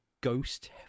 ghost